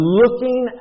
looking